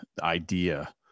idea